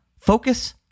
focus